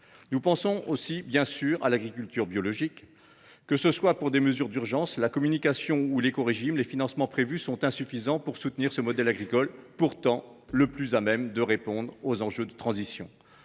Nous pensons aussi, bien sûr, à l’agriculture biologique. Que ce soit pour les mesures d’urgence, la communication ou l’écorégime, les financements prévus sont insuffisants pour soutenir ce modèle agricole, pourtant le plus à même de répondre aux enjeux de transition.